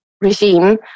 regime